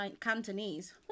Cantonese